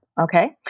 Okay